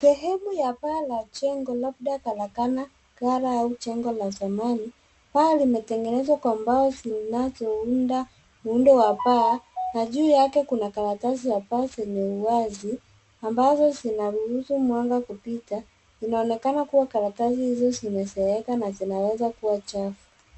Sehemu ya paa la jengo labda karakana, ghala au jengo la zamani. Paa limetengenezwa kwa mbao zinazounda muundo wa paa na juu yake kuna karatasi za paa zenye uwazi ambazo zinaruhusu mwanga kupita, inaonekana kua karatasi hizo zimezeeka na zinaweza kua chafu.